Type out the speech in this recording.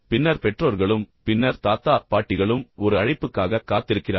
பின்னர் பெற்றோர்களும் பின்னர் தாத்தா பாட்டிகளும் ஒரு அழைப்புக்காக காத்திருக்கிறார்கள்